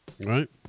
Right